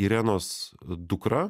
irenos dukra